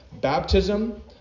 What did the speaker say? Baptism